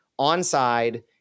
onside